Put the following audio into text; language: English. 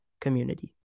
community